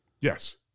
Yes